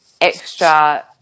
extra –